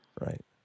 Right